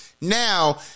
Now